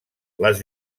les